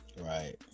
Right